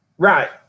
Right